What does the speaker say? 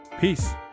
Peace